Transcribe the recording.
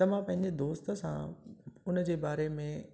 त मां पंहिंजे दोस्त सां उनजे बारे में